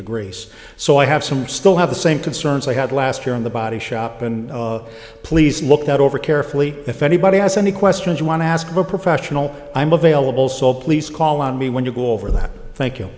degrees so i have some still have the same concerns i had last year in the body shop and please look out over carefully if anybody has any questions you want to ask a professional i'm available so please call on me when you go over that thank you